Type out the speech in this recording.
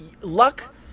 luck